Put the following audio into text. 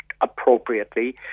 appropriately